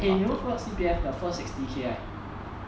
eh you know what C_P_F the first sixty K right